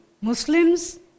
Muslims